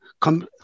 come